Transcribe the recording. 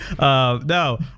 No